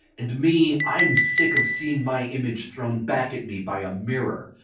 and me, i'm sick of seeing my image thrown back at me by a mirror,